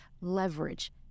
Leverage